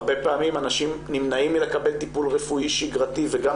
הרבה פעמים אנשים נמנעים מלקבל טיפול רפואי שגרתי וגם